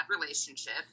relationship